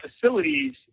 facilities